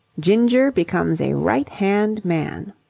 ginger becomes a right-hand man